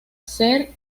ser